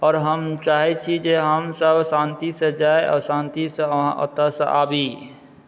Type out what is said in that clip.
आओर हम चाहै छी जे हमसभ शान्तिसँ जाइ आ शान्तिसँ ओतऽसँ आबी